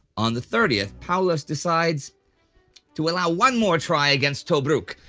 on the thirtieth, paulus decides to allow one more try against tobruk.